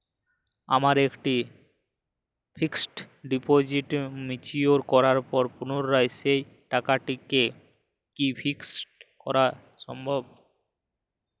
আমার একটি fixed deposit mature করার পর পুনরায় সেই টাকাটিকে কি ফিক্সড করা সম্ভব?